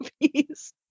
movies